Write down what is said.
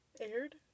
Aired